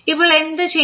ഇപ്പോൾ എന്തു ചെയ്യും